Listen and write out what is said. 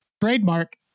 Trademark